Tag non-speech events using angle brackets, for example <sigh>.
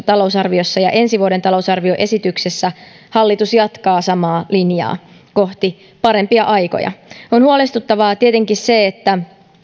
<unintelligible> talousarviossa ja ensi vuoden talousarvioesityksessä hallitus jatkaa samaa linjaa kohti parempia aikoja on huolestuttavaa tietenkin se että